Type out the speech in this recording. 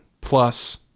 plus